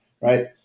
right